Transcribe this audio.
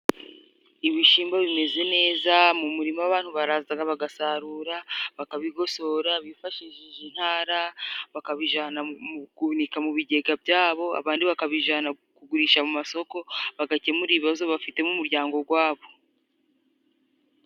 Ibishyimbo bimeze neza mu murima, abantu baraza bagasarura, bakabigosora bifashishije intara, bakabijana mu guhunika mu bigega byabo, abandi bakabijana kugurisha mu masoko, bagakemura ibibazo bafite mu mujyango gwabo.